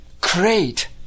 create